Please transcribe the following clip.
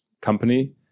company